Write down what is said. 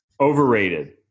Overrated